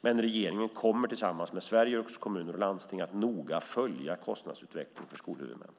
Regeringen kommer tillsammans med Sveriges Kommuner och Landsting att noga följa kostnadsutvecklingen för skolhuvudmännen.